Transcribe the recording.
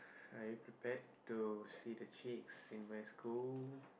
are you prepared to see the chicks in my school